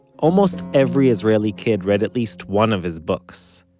almost every israeli kid read at least one of his books.